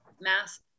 mass